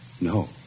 No